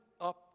up